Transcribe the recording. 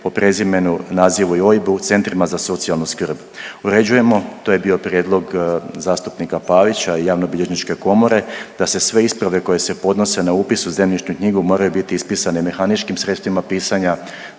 po prezimenu, nazivu i OIB-u centrima za socijalnu skrb. Uređujemo, to je bio prijedlog zastupnika Pavića i Javnobilježničke komore, da se sve isprave koje se podnose na upis u zemljišnu knjigu moraju biti ispisane mehaničkim sredstvima pisanja